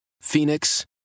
Phoenix